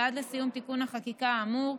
ועד לסיום תיקון החקיקה האמור,